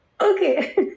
Okay